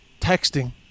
texting